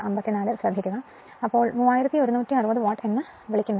അതുകൊണ്ടാണ് 3160 വാട്ട് എന്ന് വിളിക്കുന്നത്